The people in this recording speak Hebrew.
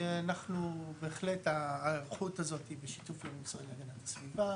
בהחלט ההיערכות הזאת בשיתוף עם המשרד להגנת הסביבה.